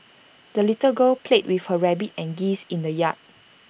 the little girl played with her rabbit and geese in the yard